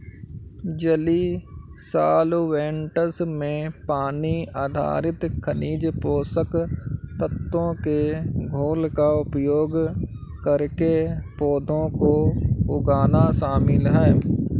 जलीय सॉल्वैंट्स में पानी आधारित खनिज पोषक तत्वों के घोल का उपयोग करके पौधों को उगाना शामिल है